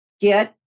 get